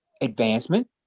advancement